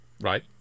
Right